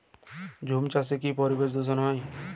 ঝুম চাষে কি পরিবেশ দূষন হয়?